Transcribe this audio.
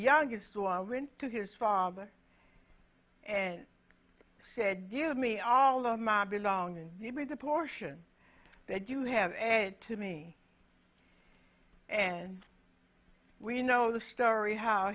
youngest one went to his father and said give me all of my belonging to be the portion that you have added to me and we know the story how